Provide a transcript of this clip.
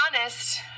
honest